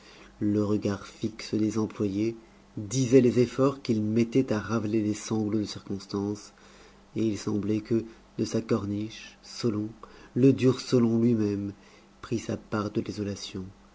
le regard fixe des employés disait les efforts qu'ils mettaient à ravaler des sanglots de circonstances et il semblait que de sa corniche solon le dur solon lui-même prît sa part de désolation